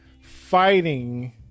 fighting